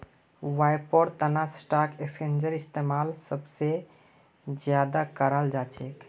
व्यापारेर तना स्टाक एक्स्चेंजेर इस्तेमाल सब स ज्यादा कराल जा छेक